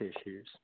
issues